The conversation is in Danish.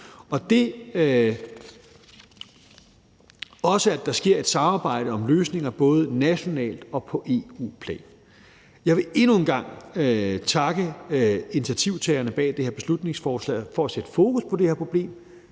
sammen, og at der sker et samarbejde om løsninger både nationalt og på EU-plan. Jeg vil endnu en gang takke initiativtagerne bag det her beslutningsforslag for at sætte fokus på det her problem.